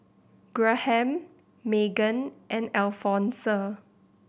Graham Meggan and Alfonse